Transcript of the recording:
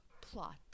Plot